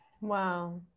wow